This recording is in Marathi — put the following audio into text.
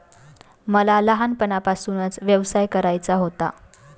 मला लहानपणापासूनच व्यवसाय करायचा होता